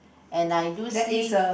and I do see